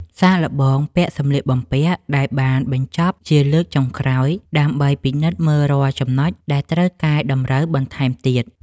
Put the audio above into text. សាកល្បងពាក់សម្លៀកបំពាក់ដែលបានបញ្ចប់ជាលើកចុងក្រោយ ដើម្បីពិនិត្យមើលរាល់ចំណុចដែលត្រូវកែតម្រូវបន្ថែមទៀត។